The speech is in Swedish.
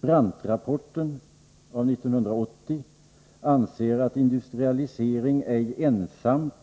Brandtrapporten av 1980 anser att industrialisering ej ensamt